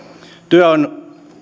työ on